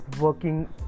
working